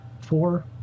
four